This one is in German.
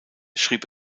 schrieb